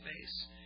face